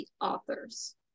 authors